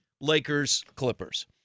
Lakers-Clippers